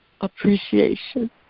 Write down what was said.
appreciation